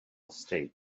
state